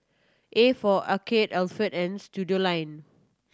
A for Arcade Alpen and Studioline